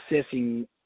assessing